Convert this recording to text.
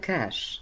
Cash